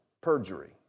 perjury